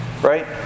Right